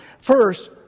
First